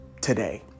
today